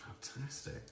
Fantastic